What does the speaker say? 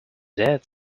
dad